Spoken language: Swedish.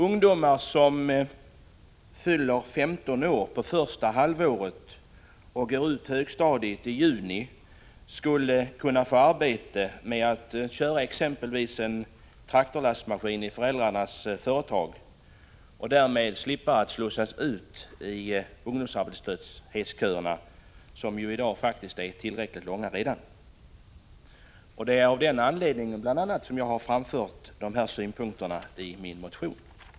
Ungdomar som fyller 15 år första hälften av året och går ut högstadiet i juni skulle kunna få arbete med att köra exempelvis en traktorlastmaskin i föräldrarnas företag och därmed slippa slussas ut i ungdomsarbetslöshetsköerna, som ju redan i dag är tillräckligt långa. Det är bl.a. av den anledningen som jag har framfört dessa synpunkter i min motion.